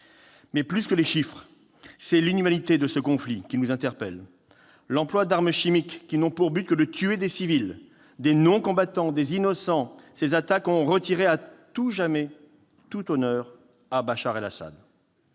Mais, plus que les chiffres, c'est l'inhumanité de ce conflit qui nous interpelle. L'emploi d'armes chimiques, cette attaque n'ayant pour but que de tuer des civils, des non-combattants, des innocents, a retiré à tout jamais tout honneur à Bachar al-Assad.